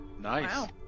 Nice